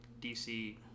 DC